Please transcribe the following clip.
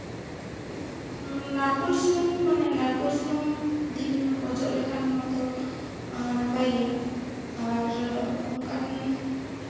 ᱱᱟᱲᱠᱳᱞ ᱥᱩᱱᱩᱢ ᱢᱟᱱᱮ ᱱᱟᱲᱠᱳᱞ ᱥᱩᱱᱩᱢ ᱫᱤᱱ ᱚᱡᱚᱜ ᱞᱮᱠᱷᱟᱱ ᱢᱟᱛᱚ ᱱᱟᱯᱟᱭ ᱜᱮᱭᱟ ᱟᱨ ᱚᱱᱠᱟᱱ